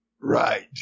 Right